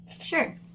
Sure